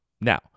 Now